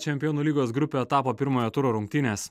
čempionų lygos grupių etapo pirmojo turo rungtynės